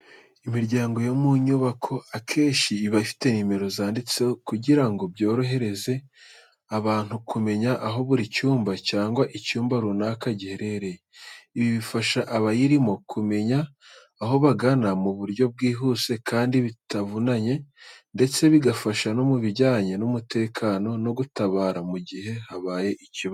Imiryango yo mu nyubako akenshi iba ifite nimero zanditseho kugira ngo byorohereze abantu kumenya aho buri cyumba cyangwa icyumba runaka giherereye. Ibi bifasha abayirimo kumenya aho bagana mu buryo bwihuse kandi butavunanye, ndetse bigafasha no mu bijyanye n'umutekano no gutabara mu gihe habaye ikibazo.